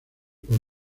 por